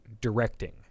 directing